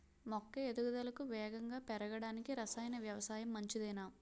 మొక్క ఎదుగుదలకు వేగంగా పెరగడానికి, రసాయన వ్యవసాయం మంచిదేనా?